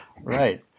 right